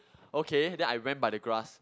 okay then I ran by the grass